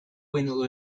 will